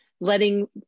letting